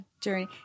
journey